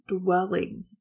dwelling